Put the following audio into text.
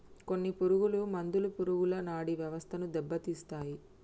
కొన్ని పురుగు మందులు పురుగుల నాడీ వ్యవస్థను దెబ్బతీస్తాయి